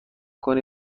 کنی